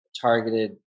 targeted